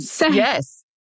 Yes